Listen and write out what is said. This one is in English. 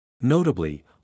Notably